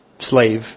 slave